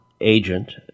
agent